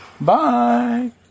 bye